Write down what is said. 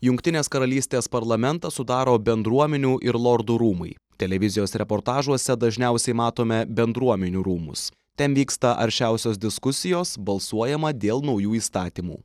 jungtinės karalystės parlamentą sudaro bendruomenių ir lordų rūmai televizijos reportažuose dažniausiai matome bendruomenių rūmus ten vyksta aršiausios diskusijos balsuojama dėl naujų įstatymų